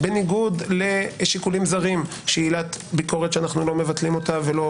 בניגוד לשיקולים זרים שעילת ביקורת שאנו לא מבטלים אותה ולא